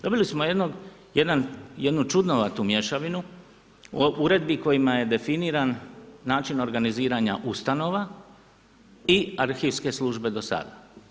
Dobili smo jednu čudnovatu mješavinu, o uredbi kojima je definiran način organiziranja ustanova i arhivske službe do sada.